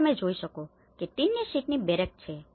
અને તમે જે જોઈ શકો છો તે ટીનની શીટની બેરેક છે